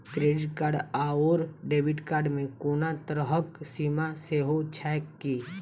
Credit card आओर debit card मे कोनो तरहक सीमा सेहो छैक की?